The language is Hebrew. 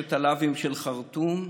שלושת הלאווים של חרטום,